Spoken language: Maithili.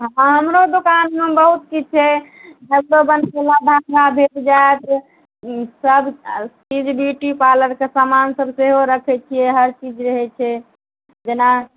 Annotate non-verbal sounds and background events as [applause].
हँ हमरो दोकानमे बहुत किछु छै [unintelligible] भेट जायत सब चीज ब्यूटी पार्लरके सामान सब सेहो रखय छियै हर चीज रहय छै जेना